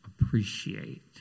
appreciate